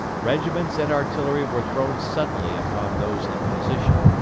regiments and artillery were thrown suddenly upon those in position.